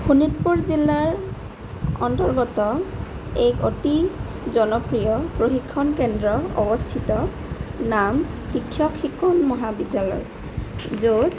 শোণিতপুৰ জিলাৰ অন্তৰ্গত এক অতি জনপ্ৰিয় কেন্দ্ৰ অৱস্থিত নাম শিক্ষক শিক্ষণ মহাবিদ্যালয় য'ত